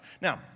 Now